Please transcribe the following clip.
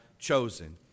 chosen